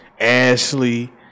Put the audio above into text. Ashley